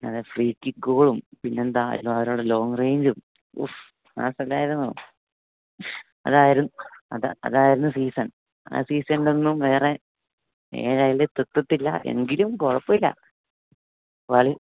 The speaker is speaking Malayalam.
നല്ല ഫ്രീ കിക്ക് ഗോളും പിന്നെന്താ ധാരാളം ലോങ്ങ് റേഞ്ചും ഉഫ് മാസ് അല്ലായിരുന്നോ അതാരും അത് അതായിരുന്നു സീസൺ ആ സീസണിലൊന്നും വേറെ ഏഴയലത്തെത്തത്തില്ല എങ്കിലും കുഴപ്പമില്ല കളി